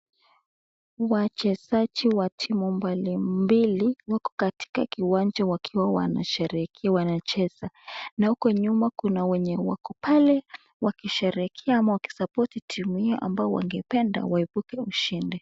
Wachezaji wa timu mbali mbili wako katika kiwanja wakiwa wanasherehekea wanacheza. Na huko nyuma kuna wenye wako pale wakisherehekea ama wakisapoti timu yao ambao wangependa waibuke washindi.